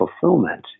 fulfillment